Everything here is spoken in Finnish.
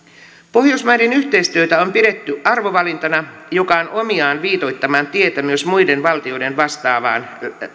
pohjoismaiden yhteistyötä on pidetty arvovalintana joka on omiaan viitoittamaan tietä myös muiden valtioiden vastaavaan